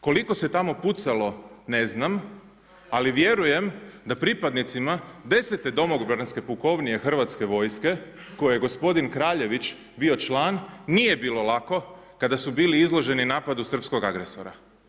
Koliko se tamo pucalo ne znam, ali vjerujem da pripadnicima Desete domobranske pukovnije Hrvatske vojske kojoj je gospodin Kraljević bio član nije bilo lako kada su bili izloženi napadu srpskog agresora.